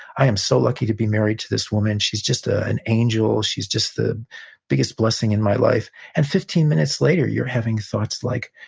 i am so lucky to be married to this woman. she's just ah an angel. she's just the biggest blessing in my life. and fifteen minutes later, you're having thoughts like,